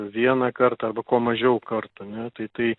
vieną kartą arba kuo mažiau kartų ne tai tai